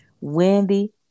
Wendy